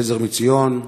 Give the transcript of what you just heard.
"עזר מציון",